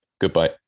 Goodbye